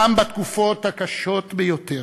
גם בתקופות הקשות ביותר,